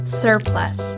surplus